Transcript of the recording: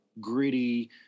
gritty